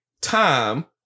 time